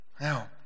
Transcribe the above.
Now